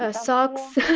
ah socks,